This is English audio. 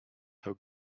how